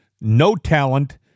no-talent